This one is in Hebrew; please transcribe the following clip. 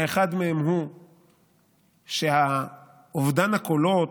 האחד מהם הוא שאובדן הקולות,